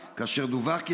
הוא מת בחדר המעצר,